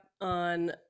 on